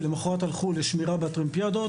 למוחרת הלכו לשמירה בטרמפיאדות.